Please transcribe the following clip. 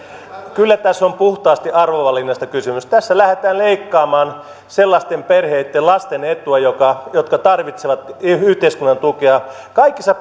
kyllä tässä on puhtaasti arvovalinnasta kysymys tässä lähdetään leikkaamaan sellaisten perheitten lasten etua jotka tarvitsevat yhteiskunnan tukea kaikissa